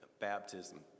baptism